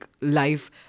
life